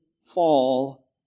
fall